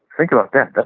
think about that. but